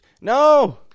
no